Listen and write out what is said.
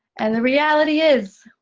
and the reality is,